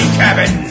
cabin